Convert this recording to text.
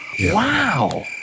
Wow